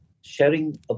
sharing